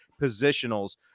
positionals